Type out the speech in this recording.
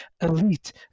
elite